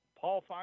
Paul